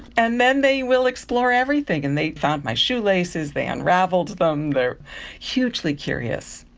and then they will explore everything. and they found my shoelaces, they unravelled them. they are hugely curious.